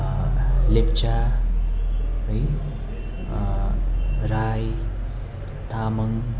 लेप्चा है राई तामाङ